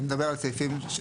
אתה מדבר על סעיפים,